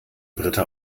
britta